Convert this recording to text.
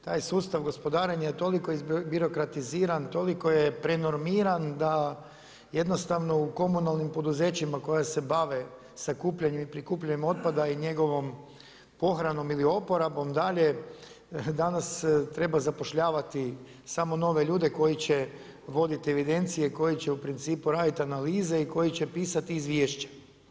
Taj sustav gospodarenja je toliko iz birokratiziran, toliko je prenormiran da jednostavno u komunalnim poduzećima koji se bave sakupljanjem i prikupljanjem otpada i njegovom pohranom ili oporabom dalje, danas treba zapošljavati samo nove ljude koji će voditi evidencije, koji će u principu raditi analize i koji će pisati izvješće.